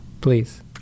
please